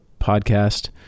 podcast